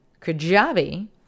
Kajabi